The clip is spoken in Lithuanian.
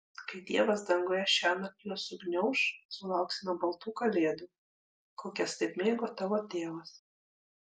kai dievas danguje šiąnakt juos sugniauš sulauksime baltų kalėdų kokias taip mėgo tavo tėvas